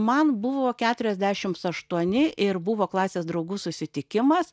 man buvo keturiasdešims aštuoni ir buvo klasės draugų susitikimas